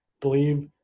Believe